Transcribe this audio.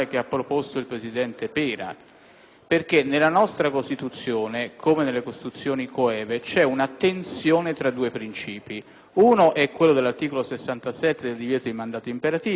perché nella nostra Costituzione, come nelle Costituzioni coeve, c'è una tensione tra due princìpi: da una parte vi è l'articolo 67, il divieto di mandato imperativo che ci deriva dagli Stati liberali